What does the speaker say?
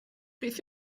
beth